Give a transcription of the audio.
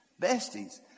Besties